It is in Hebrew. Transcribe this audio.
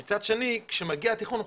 אבל מצד שני כאשר מגיע התכנון,